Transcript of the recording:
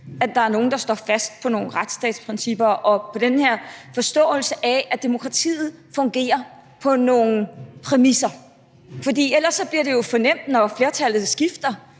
at der er nogle, der står fast på nogle retsstatsprincipper og på den her forståelse af, at demokratiet fungerer på nogle præmisser. For ellers bliver det jo for nemt, når flertallet skifter,